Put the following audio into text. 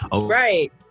Right